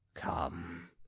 come